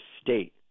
state